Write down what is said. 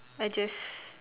I just